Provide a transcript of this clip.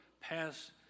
pass